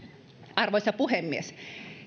arvoisa puhemies